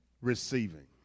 Receiving